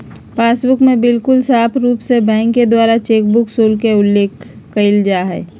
passbook में बिल्कुल साफ़ रूप से बैंक के द्वारा चेकबुक शुल्क के उल्लेख कइल जाहई